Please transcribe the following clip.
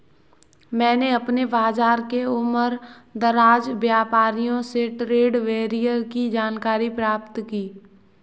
मैंने अपने बाज़ार के उमरदराज व्यापारियों से ट्रेड बैरियर की जानकारी प्राप्त की है